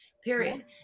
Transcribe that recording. Period